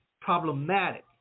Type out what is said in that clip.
problematic